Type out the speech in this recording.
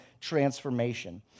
transformation